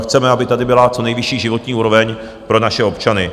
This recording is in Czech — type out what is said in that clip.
Chceme, aby tady byla co nejvyšší životní úroveň pro naše občany.